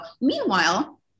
Meanwhile